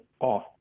off